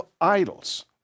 idols